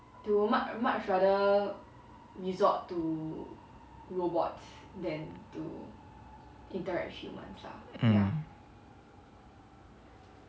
mm